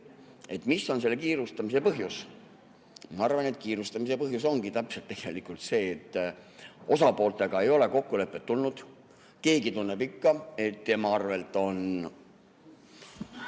Mis on selle kiirustamise põhjus? Ma arvan, et kiirustamise põhjus ongi täpselt see, et osapooltega ei ole kokkulepet tulnud, keegi tunneb ikka, et tema arvel on